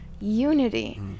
unity